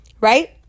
right